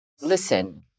Listen